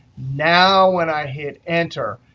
now when i hit enter,